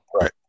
Right